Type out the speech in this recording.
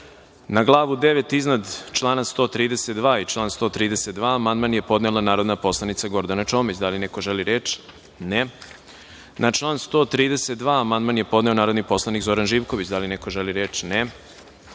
Glavu 9. iznad člana 132. i član 132. amandman je podnela narodna poslanica Gordana Čomić. Da li neko želi reč? (Ne.)Na član 132. amandman je podneo narodni poslanik Zoran Živković. Da li neko želi reč?